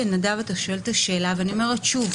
שוב,